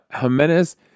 Jimenez